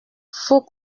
faut